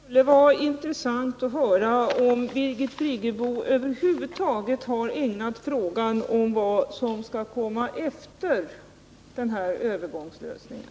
Herr talman! Det skulle vara intressant att få höra om Birgit Friggebo över huvud taget har ägnat en tanke åt frågan om vad som skall komma efter den här övergångslösningen.